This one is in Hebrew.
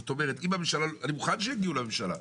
זאת אומרת, אני מוכן שיגיעו לממשלה.